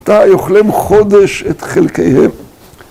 ‫אתה יוכלם חודש את חלקיהם?